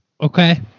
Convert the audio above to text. okay